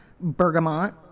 Bergamot